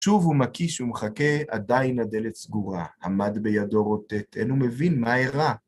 שוב הוא מקיש ומחכה, עדיין הדלת סגורה, עמד בידו רוטט. אין הוא מבין, מה אירע?